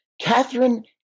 Catherine